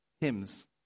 hymns